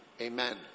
Amen